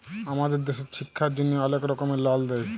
আমাদের দ্যাশে ছিক্ষার জ্যনহে অলেক রকমের লল দেয়